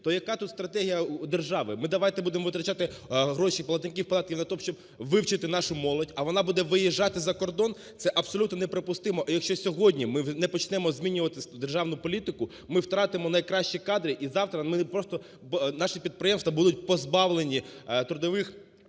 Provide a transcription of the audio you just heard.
То яка тут стратегія держави? Ми давайте будемо витрачати гроші платників податків на те, щоб вивчити нашу молодь, а вона буде виїжджати за кордон? Це абсолютно неприпустимо. І якщо сьогодні ми не почнемо змінювати державну політику, ми втратимо найкращі кадри, і завтра ми не просто, наші підприємства будуть позбавлені трудових